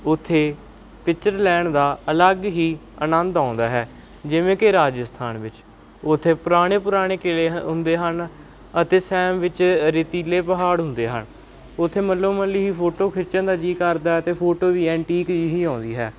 ਉੱਥੇ ਪਿਚਰ ਲੈਣ ਦਾ ਅਲੱਗ ਹੀ ਆਨੰਦ ਆਉਂਦਾ ਹੈ ਜਿਵੇਂ ਕਿ ਰਾਜਸਥਾਨ ਵਿੱਚ ਉੱਥੇ ਪੁਰਾਣੇ ਪੁਰਾਣੇ ਕਿਲ੍ਹੇ ਹ ਹੁੰਦੇ ਹਨ ਅਤੇ ਸੈਮ ਵਿੱਚ ਰੇਤੀਲੇ ਪਹਾੜ ਹੁੰਦੇ ਹਨ ਉੱਥੇ ਮੱਲੋ ਮੱਲੀ ਹੀ ਫੋਟੋ ਖਿੱਚਣ ਦਾ ਜੀਅ ਕਰਦਾ ਅਤੇ ਫੋਟੋ ਵੀ ਹੀ ਆਉਂਦੀ ਹੈ